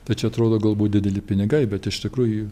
tai čia atrodo galbūt dideli pinigai bet iš tikrųjų